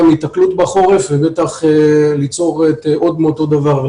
מהיתקלות בחורף ובטח ליצור עוד מאותו דבר.